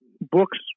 books